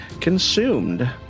consumed